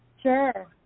Sure